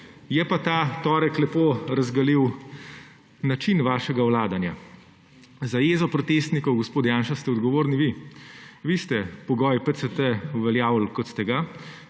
Je pa ta torek lepo razgalil način vašega vladanja. Za jezo protestnikov, gospod Janša, ste odgovorni vi. Vi ste pogoj PCT uveljavljali, kot ste ga,